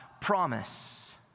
promise